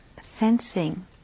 sensing